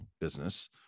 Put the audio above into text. business